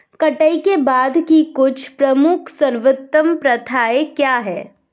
कटाई के बाद की कुछ प्रमुख सर्वोत्तम प्रथाएं क्या हैं?